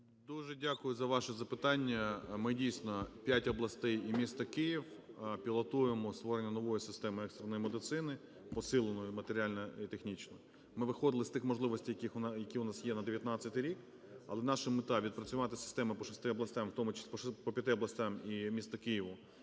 Дуже дякую за ваше запитання. Ми, дійсно, 5 областей і місто Київ пілотуємо створення нової системи екстреної медицини, посиленої матеріально і технічно. Ми виходили з тих можливостей, які у нас є на 19-й рік. Але наша мета – відпрацювати систему по 6 областям, по 5 областям і місту Києву,